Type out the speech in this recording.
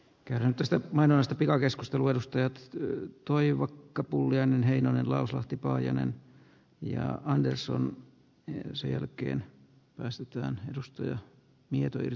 kärpistä mainosta pikakeskustelu edustajat syyt toivakka pulliainen heinonen lausahti paajanen ja anderson heräsi jälkeen päästettyään edustoja mietojen